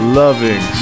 loving